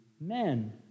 men